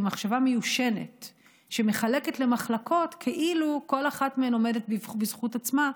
היא מחשבה מיושנת שמחלקת למחלקות כאילו כל אחת מהן עומדת בזכות עצמה,